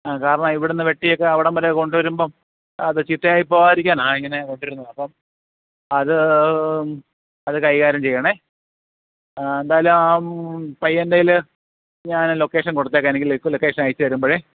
ആ കാരണം ഇവിടെ നിന്ന് വെട്ടിയൊക്കെ അവിടം വരെ കൊണ്ടു വരുമ്പം അത് ചീത്തയായി പോകാതിരിക്കാനാണ് ഇങ്ങനെ കൊണ്ടു വരുന്നത് അപ്പം അത് അത് കൈകാര്യം ചെയ്യണെ എന്തായാലും ആ പയ്യൻ്റേൽ ഞാൻ ലൊക്കേഷൻ കൊടുത്തേക്കാം എനിക്ക് ലൊക്കേഷൻ അയച്ചു തരുമ്പഴേ